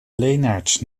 lenaerts